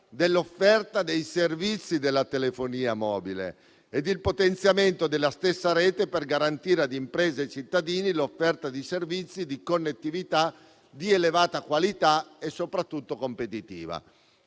nell'offerta dei servizi della telefonia mobile e il potenziamento della stessa rete, per garantire a imprese e cittadini l'offerta di servizi di connettività di elevata qualità e soprattutto competitiva.